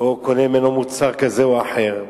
או מוצר כזה או אחר,